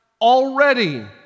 already